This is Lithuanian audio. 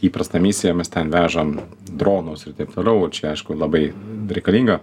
įprastą misiją mes ten vežam dronus ir taip toliau čia aišku labai reikalinga